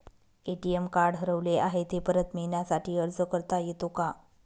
ATM card हरवले आहे, ते परत मिळण्यासाठी अर्ज करता येतो का?